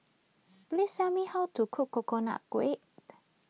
please tell me how to cook Coconut Kuih